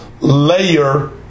layer